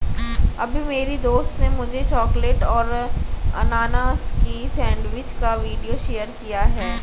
अभी मेरी दोस्त ने मुझे चॉकलेट और अनानास की सेंडविच का वीडियो शेयर किया है